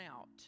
out